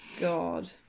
god